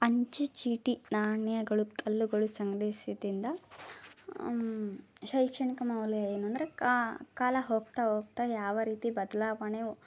ಅಂಚೆ ಚೀಟಿ ನಾಣ್ಯಗಳು ಕಲ್ಲುಗಳು ಸಂಗ್ರೈಸಿದಿಂದ ಶೈಕ್ಷಣಿಕ ಮೌಲ್ಯ ಏನು ಅಂದರೆ ಕಾ ಕಾಲ ಹೋಗ್ತಾ ಹೋಗ್ತಾ ಯಾವ ರೀತಿ ಬದಲಾವಣೆ